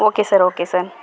okay sir okay sir